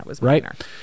Right